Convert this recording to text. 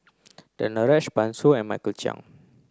Danaraj Pan Shou and Michael Chiang